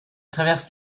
traverse